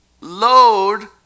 load